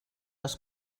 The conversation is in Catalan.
als